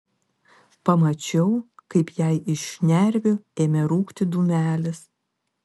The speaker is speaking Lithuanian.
pamačiau kaip jai iš šnervių ėmė rūkti dūmelis